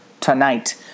tonight